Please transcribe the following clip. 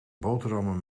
boterhammen